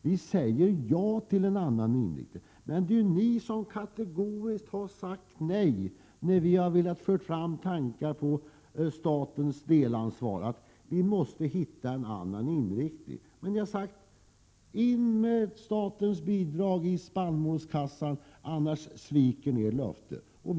Vi säger ja till en annan inriktning. Det är ni som kategoriskt har sagt nej när vi fört fram tankar på statens delansvar och sagt att vi måste få en annan inriktning. Då säger ni att vi sviker vårt ansvar när det gäller statens bidrag till spannmålskassan.